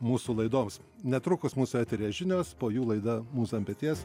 mūsų laidoms netrukus mus eteryje žinios po jų laida mūza ant peties